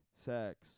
sex